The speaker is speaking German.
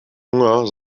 hunger